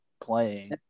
playing